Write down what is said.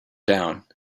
down